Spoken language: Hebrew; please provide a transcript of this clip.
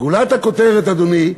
גולת הכותרת, אדוני,